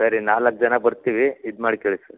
ಸರಿ ನಾಲ್ಕು ಜನ ಬರ್ತೀವಿ ಇದು ಮಾಡ್ಕಳ್ಳಿ ಸರ್